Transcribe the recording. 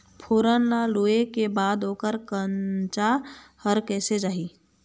फोरन ला लुए के बाद ओकर कंनचा हर कैसे जाही?